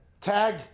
tag